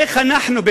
איך אנחנו,